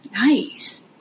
Nice